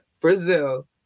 brazil